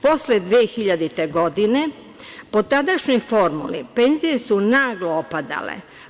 Posle 2000. godine po tadašnjoj formuli penzije su naglo opadale.